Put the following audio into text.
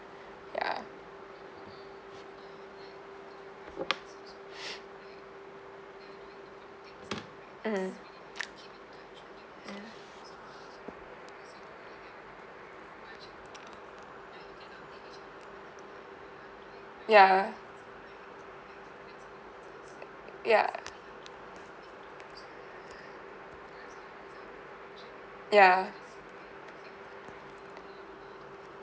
ya mmhmm ya ya ya